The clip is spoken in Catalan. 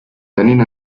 tenint